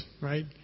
right